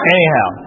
Anyhow